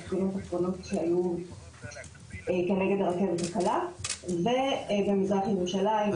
ההפגנות האחרונות שהיו כנגד הרכבת הקלה ובמזרח ירושלים,